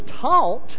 taught